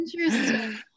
Interesting